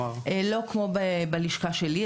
לא כמו בלשכה שלי,